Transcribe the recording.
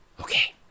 Okay